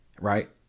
right